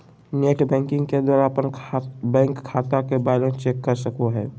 net banking के द्वारा अपन बैंक खाता के बैलेंस चेक कर सको हो